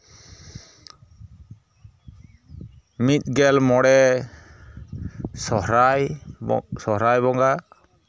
ᱢᱤᱫ ᱜᱮᱞ ᱢᱚᱬᱮ ᱥᱚᱦᱚᱨᱟᱭ ᱥᱚᱦᱚᱨᱟᱭ ᱵᱚᱸᱜᱟ